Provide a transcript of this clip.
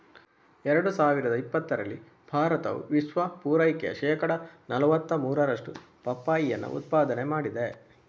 ಎರಡು ಸಾವಿರದ ಇಪ್ಪತ್ತರಲ್ಲಿ ಭಾರತವು ವಿಶ್ವ ಪೂರೈಕೆಯ ಶೇಕಡಾ ನಲುವತ್ತ ಮೂರರಷ್ಟು ಪಪ್ಪಾಯಿಯನ್ನ ಉತ್ಪಾದನೆ ಮಾಡಿದೆ